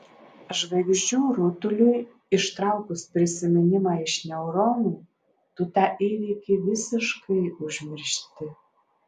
žvaigždžių rutuliui ištraukus prisiminimą iš neuronų tu tą įvykį visiškai užmiršti